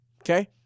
okay